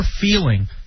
feeling